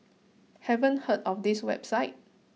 haven't heard of this website